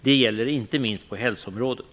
Det gäller inte minst på hälsoområdet.